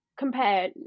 compare